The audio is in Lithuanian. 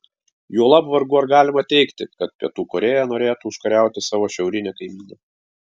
juolab vargu ar galima teigti kad pietų korėja norėtų užkariauti savo šiaurinę kaimynę